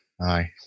Aye